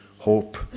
Hope